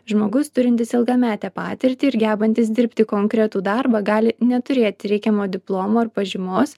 žmogus turintis ilgametę patirtį ir gebantis dirbti konkretų darbą gali neturėti reikiamo diplomo ar pažymos